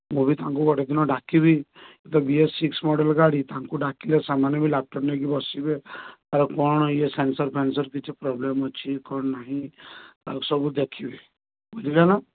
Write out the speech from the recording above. ମୁଁ ବି ତାଙ୍କୁ ଗୋଟେ ଦିନ ଡ଼ାକିବି ସେ ବି ଏ ସିକ୍ସ ମଡ଼େଲ୍ ଗାଡ଼ି ତାଙ୍କୁ ଡ଼ାକିଲେ ସେମାନେ ବି ଲ୍ୟାପଟପ୍ ନେଇକି ବସିବେ ଆଉ କଣ ଇଏ ସାନସର୍ଫାନସର୍ କିଛି ପ୍ରୋବ୍ଲେମ୍ ଅଛି କଣ ନାହିଁ ତାକୁ ସବୁ ଦେଖିବେ ବୁଝିଲେ ନା